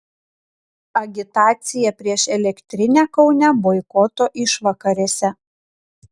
agitacija prieš elektrinę kaune boikoto išvakarėse